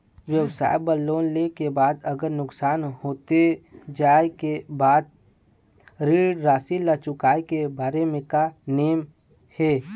व्यवसाय बर लोन ले के बाद अगर नुकसान होथे जाय के बाद ऋण राशि ला चुकाए के बारे म का नेम हे?